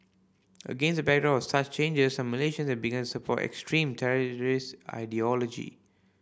against the backdrop of such changes some Malaysians have begun to support extremist terrorist ideology